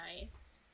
nice